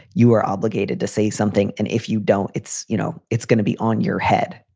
you are obligated to say something. and if you don't, it's you know, it's gonna be on your head.